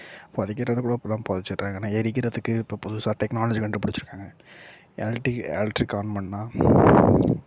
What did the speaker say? புதைக்கிறது கூட இப்போல்லாம் புதைச்சிடுறாங்க ஆனால் எரிக்கிறதுக்கு இப்போ புதுசாக டெக்னாலஜி கண்டுபிடிச்சிருக்காங்க எலக்ட்டிக் எலக்ட்ரிக் ஆன் பண்ணா